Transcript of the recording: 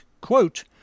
quote